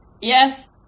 Yes